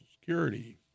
security